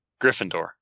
Gryffindor